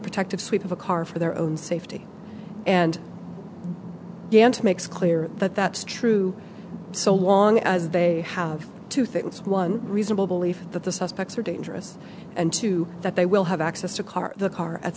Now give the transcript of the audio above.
protective sweep of a car for their own safety and makes clear that that's true so long as they have two things one reasonable belief that the suspects are dangerous and two that they will have access to car the car at